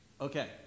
Okay